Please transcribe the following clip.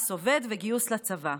מס עובד וגיוס לצבא,